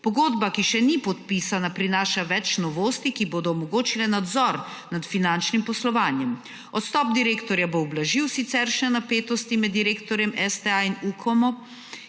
Pogodba, ki še ni podpisana prinaša več novosti, ki bodo omogočile nadzor nad finančnim poslovanjem. Odstop direktorja bo ublažil siceršnje napetosti med direktorjem STA in UKOM